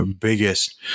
biggest